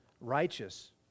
righteous